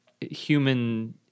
human